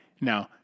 Now